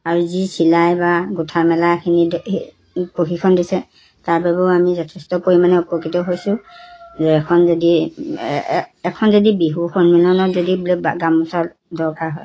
আৰু যি চিলাই বা গোঠা মেলাখিনি প্ৰশিক্ষণ দিছে তাৰ বাবেও আমি যথেষ্ট পৰিমাণে উপকৃত হৈছোঁ যে এখন যদি এখন যদি বিহু সন্মিলনত যদি বোলে গামোচা দৰকাৰ হয়